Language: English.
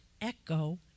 echo